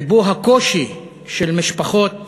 ובו הקושי של משפחות